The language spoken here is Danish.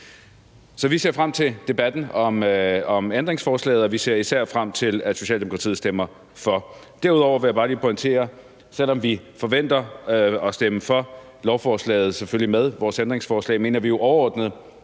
Så vi ser frem til debatten om ændringsforslaget, og vi ser især frem til, at Socialdemokratiet stemmer for det. Derudover vil jeg bare lige pointere, at selv om vi forventer at stemme for lovforslaget, selvfølgelig med vores ændringsforslag, mener vi jo overordnet,